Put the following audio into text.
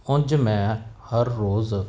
ਉਂਝ ਮੈਂ ਹਰ ਰੋਜ਼